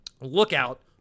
Lookout